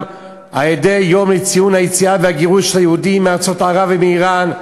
על-ידי יום לציון היציאה והגירוש של היהודים מארצות ערב ומאיראן,